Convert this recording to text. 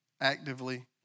actively